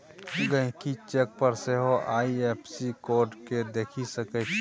गहिंकी चेक पर सेहो आइ.एफ.एस.सी कोड केँ देखि सकै छै